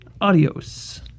adios